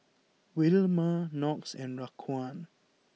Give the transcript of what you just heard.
Wilma Knox and Raquan